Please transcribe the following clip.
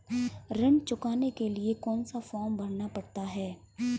ऋण चुकाने के लिए कौन सा फॉर्म भरना पड़ता है?